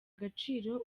agaciro